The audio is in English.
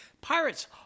pirates